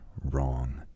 wrong